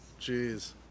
Jeez